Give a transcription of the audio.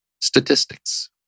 statistics